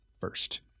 first